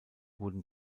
wurden